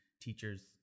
teachers